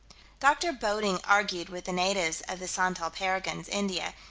dr. bodding argued with the natives of the santal parganas, india,